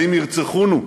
האם ירצחונו?"